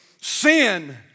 Sin